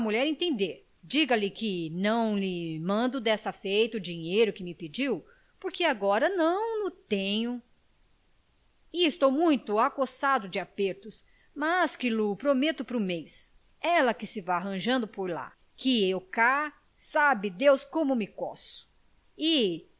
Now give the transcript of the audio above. entender diga-lhe que não mando desta feita o dinheiro que me pediu porque agora não o tenho e estou muito acossado de apertos mas que lho prometo pro mês ela que se vá arranjando por lá que eu cá sabe deus como me coço e